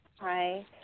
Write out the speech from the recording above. Hi